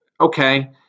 Okay